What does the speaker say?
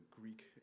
greek